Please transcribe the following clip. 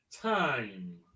time